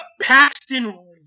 Paxton